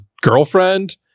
girlfriend